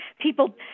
people